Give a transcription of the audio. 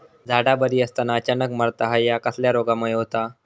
झाडा बरी असताना अचानक मरता हया कसल्या रोगामुळे होता?